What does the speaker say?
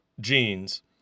jeans